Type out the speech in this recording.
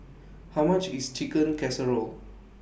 How much IS Chicken Casserole